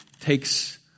takes